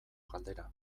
galdera